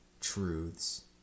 truths